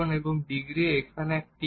এবং ডিগ্রী এখানে একটি হবে